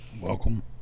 Welcome